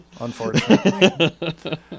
unfortunately